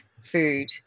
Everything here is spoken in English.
food